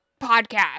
podcast